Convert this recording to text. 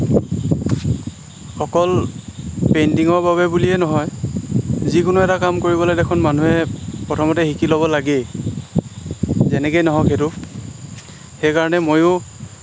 অকল পেইণ্টিঙৰ বাবে বুলিয়েই নহয় যিকোনো এটা কাম কৰিবলৈ দেখোন মানুহে প্ৰথমতে শিকি ল'ব লাগেই যেনেকেই নহওক সেইটো সেইকাৰণে ময়ো